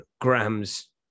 grams